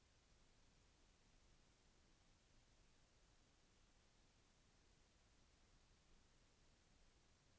రైతు పెట్టుబడికి కావాలంటే బ్యాంక్ లో ఎవరిని కలవాలి?